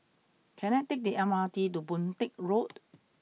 can I take the M R T to Boon Teck Road